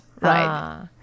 Right